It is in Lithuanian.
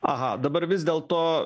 aha dabar vis dėlto